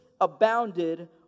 abounded